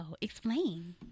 Explain